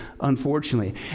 unfortunately